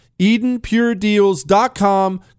EdenPureDeals.com